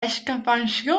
expansión